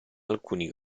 alcuni